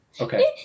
Okay